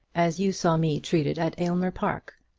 as you saw me treated at aylmer park.